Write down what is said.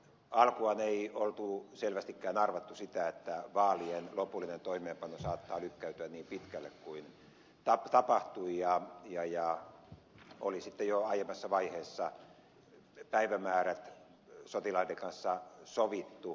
alkuaan ei ollut selvästikään arvattu sitä että vaalien lopullinen toimeenpano saattaa lykkääntyä niin pitkälle kuin tapahtui ja oli sitten jo aiemmassa vaiheessa päivämäärät sotilaiden kanssa sovittu